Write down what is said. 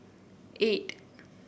eight